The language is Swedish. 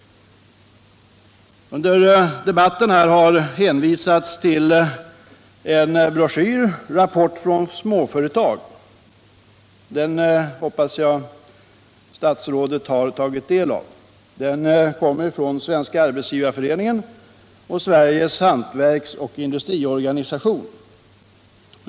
Under debatten här har hänvisats till en broschyr, Rapport från småföretag. Jag hoppas att statsrådet har tagit del av den. Den kommer från Svenska arbetsgivareföreningen och Sveriges hantverksoch industriorganisation.